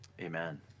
Amen